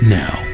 now